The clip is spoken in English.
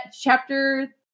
chapter